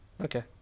Okay